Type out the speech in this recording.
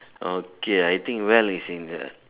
okay I think well is in the